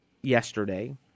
yesterday